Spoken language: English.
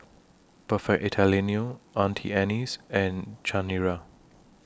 Perfect Italiano Auntie Anne's and Chanira